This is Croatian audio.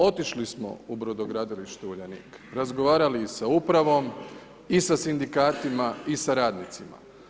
Otišli smo u brodogradilište Uljanik, razgovarali i sa upravom i sa sindikatima i sa radnicima.